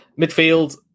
Midfield